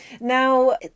Now